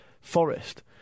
Forest